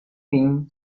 minh